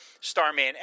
Starman